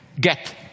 get